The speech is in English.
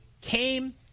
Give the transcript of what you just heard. came